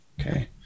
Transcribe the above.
Okay